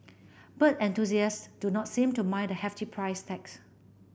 bird enthusiasts do not seem to mind the hefty price tags